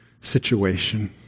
situation